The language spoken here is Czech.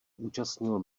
účastnil